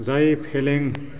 जाय फेलें